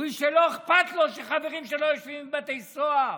הוא איש שלא אכפת לו שחברים שלו יושבים בבתי סוהר.